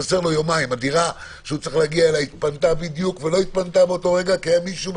חסר לו יומיים הדירה שהוא צריך להגיע אליה לא התפנתה כי היה סגר,